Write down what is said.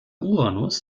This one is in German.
uranus